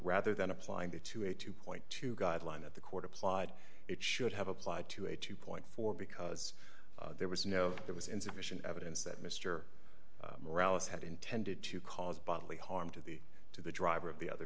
rather than applying it to a two two guideline at the court applied it should have applied to a two four because there was no there was insufficient evidence that mr morales had intended to cause bodily harm to the to the driver of the other